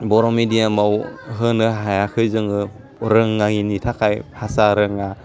बर' मेडियामाव होनो हायाखै जोङो रोंनायनि थाखाय भासा रोङा